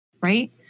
Right